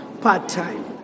part-time